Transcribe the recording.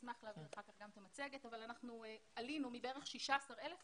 שנים עלינו מבערך 16,000 ל-35,000.